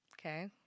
Okay